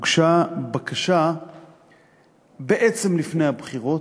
הוגשה בקשה בעצם לפני הבחירות.